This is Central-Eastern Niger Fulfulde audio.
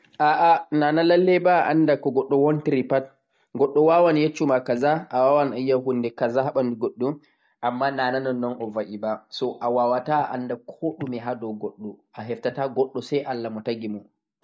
Nana lallai a'anda ko goɗɗo wontiri pat ba, goɗɗo wawan yeccuma kaza, ayiya kaza amma nana nonnon va'e ba, awawata anda koɗumi hado goɗɗo.